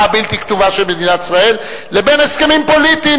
הבלתי-כתובה של מדינת ישראל לבין הסכמים פוליטיים,